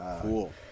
Cool